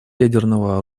ядерного